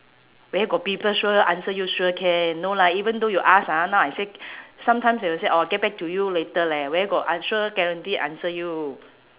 where got people sure answer you sure can no lah even though you ask ah now I say sometimes they will say I'll get back to you later leh where got an~ sure guarantee answer you